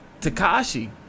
Takashi